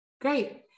great